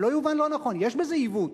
יש בזה עיוות,